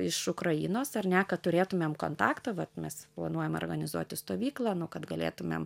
iš ukrainos ar ne kad turėtumėm kontaktą vat mes planuojam organizuoti stovyklą nu kad galėtumėm